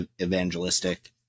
evangelistic